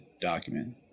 document